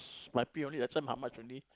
my pay only last time how much only